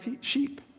sheep